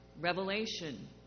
Revelation